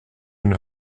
une